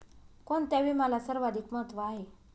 कोणता विम्याला सर्वाधिक महत्व आहे?